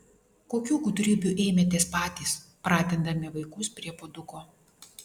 kokių gudrybių ėmėtės patys pratindami vaikus prie puoduko